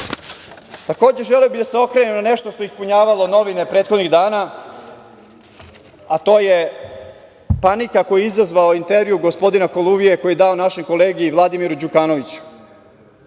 želeo bih da se okrenem na nešto što je ispunjavalo novine prethodnih dana, a to je panika koju je izazvao intervju gospodina Koluvije, koji je dao našem kolegi Vladimiru Đukanoviću.